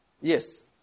Yes